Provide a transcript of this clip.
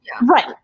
Right